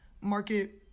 market